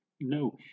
no